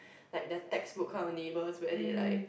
like the textbook kind of neighbours where they like